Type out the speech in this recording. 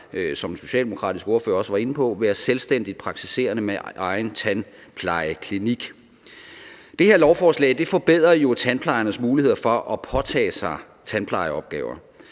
den socialdemokratiske ordfører også være inde på, være selvstændige praktiserende med egen tandplejeklinik. Det her lovforslag forbedrer tandplejernes muligheder for at påtage sig tandplejeopgaver.